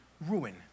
ruin